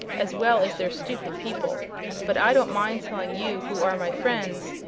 as well as their stupid people but i don't mind telling you, who are my friends,